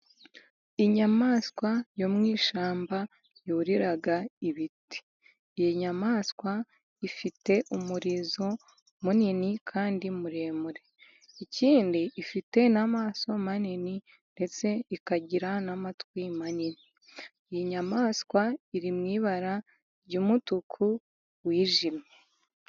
Inyamaswa yo mu ishyamba, yurira ibiti. Iyi nyamaswa ifite umurizo munini kandi muremure. Ikindi, ifite n’amaso manini, ndetse ikagira n’amatwi manini. Iyi nyamaswa iri mu ibara ry’umutuku wijimye.